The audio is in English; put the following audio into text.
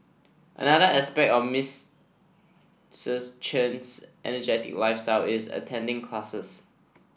another aspect of Miss Chen's energetic lifestyle is attending classes